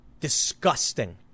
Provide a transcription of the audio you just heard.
disgusting